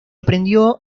aprendió